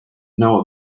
know